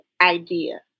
idea